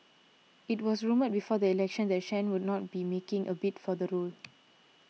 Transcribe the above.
it was rumoured before the election that Chen will not be making a bid for the role